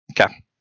Okay